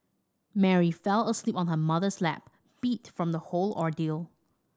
Mary fell asleep on her mother's lap beat from the whole ordeal